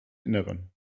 innern